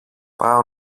πάω